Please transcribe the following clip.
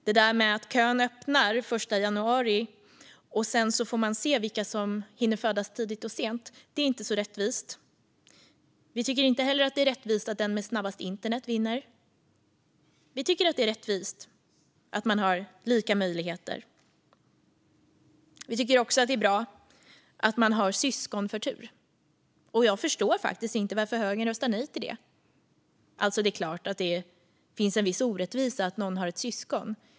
Det där med att kön öppnar den 1 januari och så får man se vilka som hinner födas tidigt och sent är inte så rättvist. Vi tycker inte heller att det är rättvist att den med snabbast internet vinner. Vi tycker att det är rättvist att man har lika möjligheter. Vi tycker också att det är bra att man har syskonförtur. Jag förstår faktiskt inte varför högern röstar nej till det. Det är klart att det finns en viss orättvisa i att någon har ett syskon.